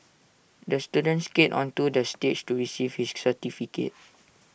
the student skated onto the stage to receive his certificate